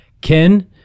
Ken